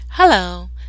Hello